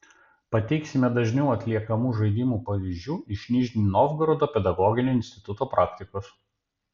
pateiksime dažniau atliekamų žaidimų pavyzdžių iš nižnij novgorodo pedagoginio instituto praktikos